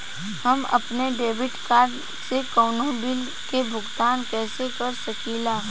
हम अपने debit card से कउनो बिल के भुगतान कइसे कर सकीला?